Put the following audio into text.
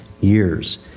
years